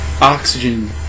oxygen